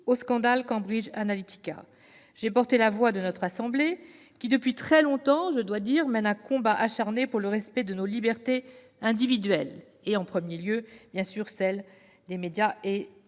du scandale Cambridge Analytica. J'ai porté la voix de notre assemblée, qui, de très longue date, mène un combat acharné pour le respect de nos libertés individuelles, en premier lieu celle des médias et de la